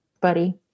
buddy